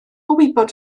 wybod